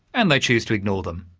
and they choose to ignore them.